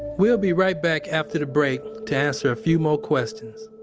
we'll be right back after the break to answer a few more questions.